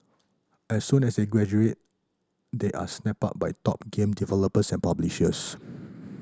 as soon as they graduate they are snapped up by top game developers and publishers